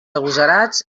agosarats